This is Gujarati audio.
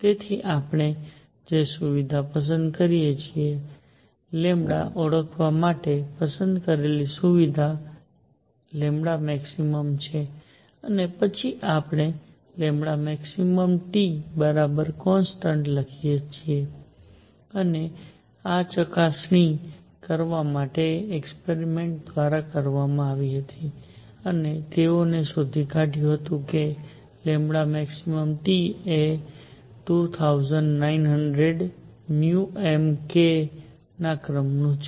તેથી આપણે જે સુવિધા પસંદ કરીએ છીએ ઓળખવા માટે પસંદ કરેલી સુવિધા maxછે અને પછી આપણે maxTconstant લખીએ છીએ અને આ ચકાસણી કરવામાં આવેલા એક્સપેરિમેન્ટ્સ દ્વારા કરવામાં આવી હતી અને તેઓએ શોધી કાઢ્યું હતું કે maxT એ 2900 μmK ના ક્રમનું છે